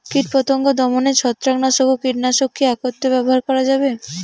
কীটপতঙ্গ দমনে ছত্রাকনাশক ও কীটনাশক কী একত্রে ব্যবহার করা যাবে?